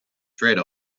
trade